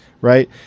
right